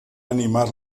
animar